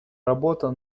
работа